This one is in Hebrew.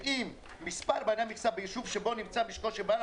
ואם מספר בעלי המכסה ביישוב שבו נמצא משקו של בעל